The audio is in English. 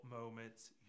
moments